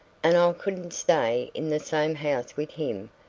and i couldn't stay in the same house with him,